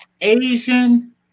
Asian